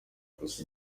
gusa